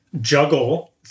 juggle